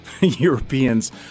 Europeans